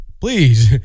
please